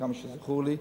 כמה שזכור לי.